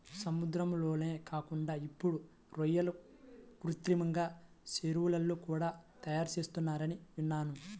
సముద్రాల్లోనే కాకుండా ఇప్పుడు రొయ్యలను కృత్రిమంగా చెరువుల్లో కూడా తయారుచేత్తన్నారని విన్నాను